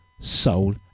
Soul